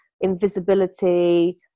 invisibility